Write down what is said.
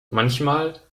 manchmal